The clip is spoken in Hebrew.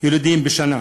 יילודים בשנה.